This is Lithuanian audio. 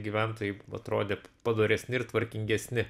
gyventojai atrodė padoresni ir tvarkingesni